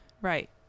Right